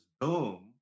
boom